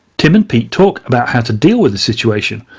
tim and pete talk about how to deal with the situation.